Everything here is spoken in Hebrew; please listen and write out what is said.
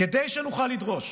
כדי שנוכל לדרוש